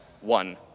one